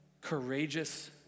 courageous